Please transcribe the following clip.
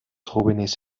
jóvenes